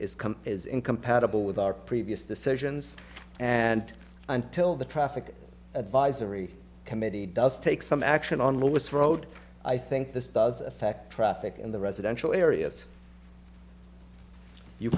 come is incompatible with our previous decisions and until the traffic advisory committee does take some action on most road i think this does affect traffic in the residential areas you